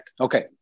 Okay